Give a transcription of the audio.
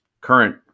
current